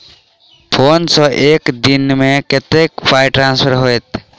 Phone सँ एक दिनमे कतेक पाई ट्रान्सफर होइत?